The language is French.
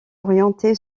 orientée